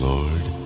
Lord